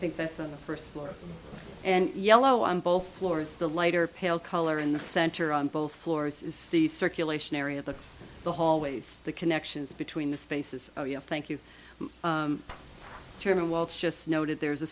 think that's on the first floor and yellow on both floors the light or pale color in the center on both floors is the circulation area the the hallways the connections between the spaces oh yes thank you chairman well just noted there is a